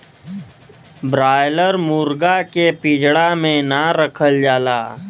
broiler मुरगा के पिजड़ा में ना रखल जाला